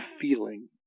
feeling